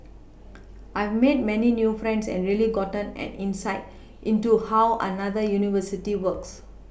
I've made many new friends and really gotten an insight into how another university works